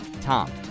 Tom